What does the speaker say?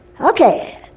Okay